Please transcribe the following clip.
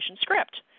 script